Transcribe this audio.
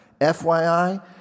FYI